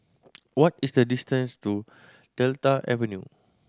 what is the distance to Delta Avenue